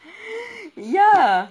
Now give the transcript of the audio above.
ya